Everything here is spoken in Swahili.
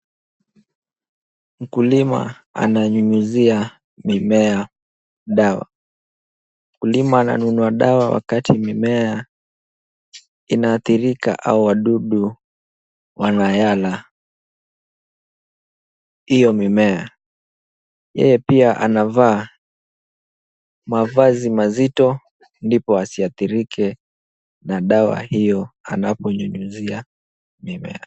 Mkulima ananyunyiza mimea dawa, mkulima ananunua dawa wakati mimea inaadhirika au wadudu wanayala hiyo mimea. Yeye pia anavaa mavazi mazito ndipo asiadhirike na dawa hiyo anaponyunyuzia mimea.